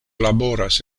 laboras